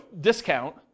discount